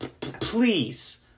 Please